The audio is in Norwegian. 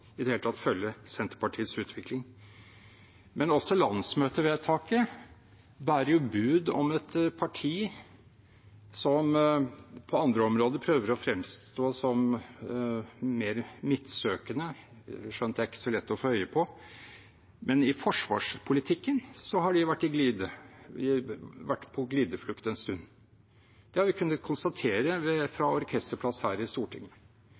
i det hele tatt følge Senterpartiets utvikling. Men også landsmøtevedtaket bærer bud om et parti som på andre områder prøver å fremstå som mer midtsøkende – skjønt det ikke er så lett å få øye på – men i forsvarspolitikken har de vært på glideflukt en stund. Det har vi kunnet konstatere fra orkesterplass her i Stortinget.